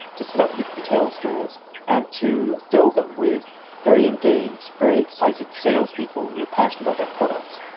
to set up retail stores and to fill them with very engaged, very excited salespeople who were passionate about their products.